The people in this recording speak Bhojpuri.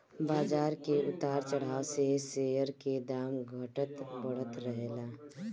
बाजार के उतार चढ़ाव से शेयर के दाम घटत बढ़त रहेला